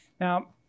Now